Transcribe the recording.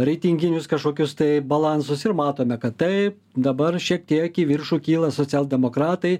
reitinginius kažkokius tai balansus ir matome kad tai dabar šiek tiek į viršų kyla socialdemokratai